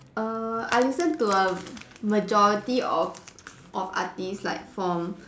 err I listen to a majority of of artistes like from